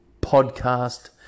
podcast